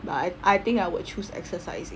but I think I will choose exercising